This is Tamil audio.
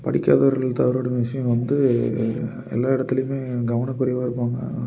படிக்காதவர்கள் தவறவிடும் விஷயம் வந்து எல்லா இடத்துலையுமே கவனைக்குறைவாக இருப்பாங்க